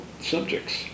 subjects